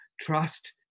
trust